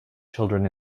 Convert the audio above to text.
children